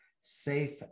safe